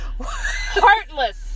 Heartless